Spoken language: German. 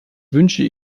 wünsche